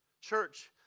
Church